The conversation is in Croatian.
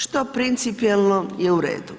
Što principijelno je u redu.